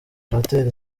abatera